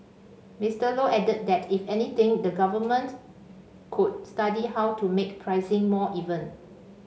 Mister Low added that if anything the Government could study how to make pricing more even